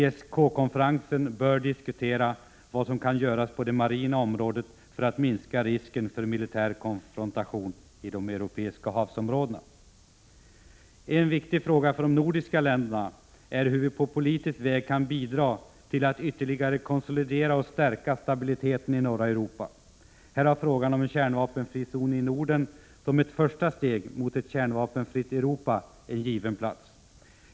ESK-konferensen bör diskutera vad som kan göras på det marina området för minskning av risken för militär konfrontation i de europeiska havsområdena. En viktig fråga för de nordiska länderna är hur vi på politisk väg kan bidra till att ytterligare konsolidera och stärka stabiliteten i norra Europa. Här har frågan om en kärnvapenfri zon i Norden som ett första steg mot ett kärnvapenfritt Europa en given plats.